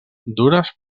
dures